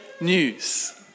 news